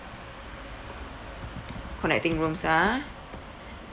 connecting rooms ah